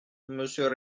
monsieur